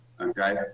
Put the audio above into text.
Okay